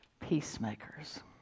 Peacemakers